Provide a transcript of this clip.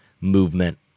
movement